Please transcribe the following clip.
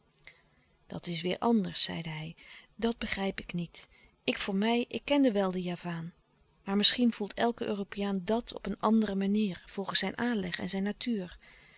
dat is weêr anders zeide hij dat begrijp ik niet ik voor mij ik kende wel den javaan louis couperus de stille kracht maar misschien voelt elke europeaan dàt op een andere manier volgens zijn aanleg en zijn natuur